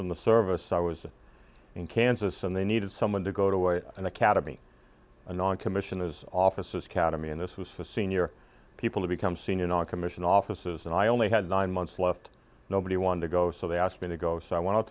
in the service i was in kansas and they needed someone to go to an academy and on commission as officers cademy and this was for senior people to become senior noncommissioned officers and i only had nine months left nobody wanted to go so they asked me to go so i went